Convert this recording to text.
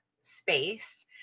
space